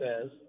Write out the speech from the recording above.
says